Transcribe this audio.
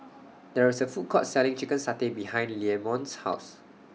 There IS A Food Court Selling Chicken Satay behind Leamon's House